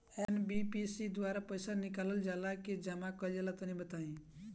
NBFC के द्वारा पईसा निकालल जला की जमा कइल जला तनि बताई?